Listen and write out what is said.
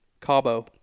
Cabo